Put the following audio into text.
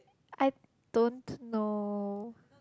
I don't know